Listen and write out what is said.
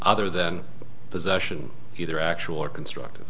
other than possession either actual or constructive